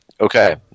okay